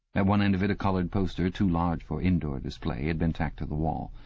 at one end of it a coloured poster, too large for indoor display, had been tacked to the wall.